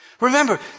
Remember